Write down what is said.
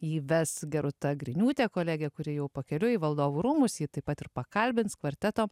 jį ves geruta griniūtė kolegė kuri jau pakeliui į valdovų rūmus ji taip pat ir pakalbins kvarteto